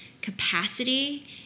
capacity